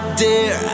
dear